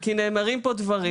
כי נאמרים פה דברים.